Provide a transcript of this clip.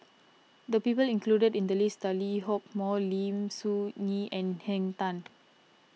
the people included in the list are Lee Hock Moh Lim Soo Ngee and Henn Tan